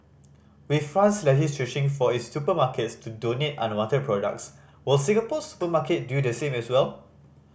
with France legislating for its supermarkets to donate unwanted products will Singapore's supermarket do the same as well